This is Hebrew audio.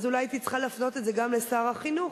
אז אולי הייתי צריכה להפנות את זה גם לשר החינוך.